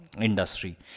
industry